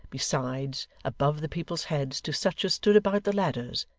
besides, above the people's heads to such as stood about the ladders,